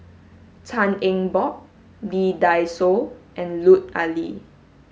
Tan Eng Bock Lee Dai Soh and Lut Ali